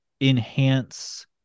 enhance